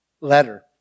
letter